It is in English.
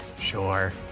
Sure